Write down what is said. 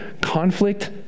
conflict